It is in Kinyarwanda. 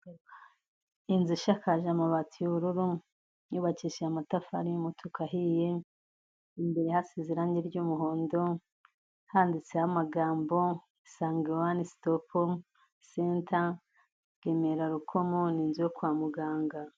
Inzu ishakaje amabati y'ubururu, yubakishije amatafari y'umutuku ahiye, imbere hasize irangi ry'umuhondo handitseho amagambo isange one stop center Remera Rukomo, ni inzu yo kwa muganga.